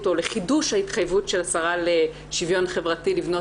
או לחידוש ההתחייבות של השרה לשוויון חברתי לבנות